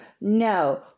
No